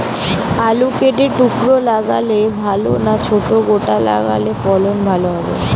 আলু কেটে টুকরো লাগালে ভাল না ছোট গোটা লাগালে ফলন ভালো হবে?